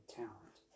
talent